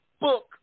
book